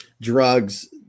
drugs